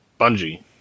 Bungie